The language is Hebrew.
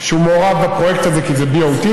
והוא מעורב בפרויקט הזה כי זה BOT,